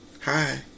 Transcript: Hi